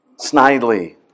Snidely